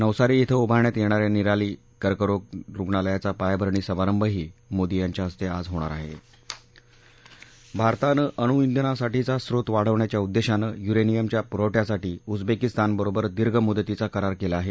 नवसारी इथं उभारण्यात येणा या निराली कर्करोग रुग्णालयाचा पायाभरणी समारंभही मोदी यांच्या हस्ते भारतानं अणुइंधनासाठीचा स्त्रोत वाढवण्याच्या उद्देशानं युरेनियमच्या पुरवठ्यासाठी उजबेकिस्तानबरोबर दीर्घ मुदतीचा करारा केला आहे